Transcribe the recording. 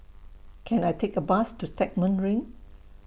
Can I Take A Bus to Stagmont Ring